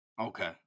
Okay